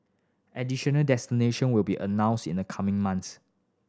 additional destination will be announced in the coming months